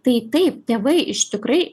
tai taip tėvai iš tikrai